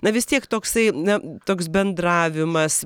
na vis tiek toksai na toks bendravimas